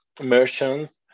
merchants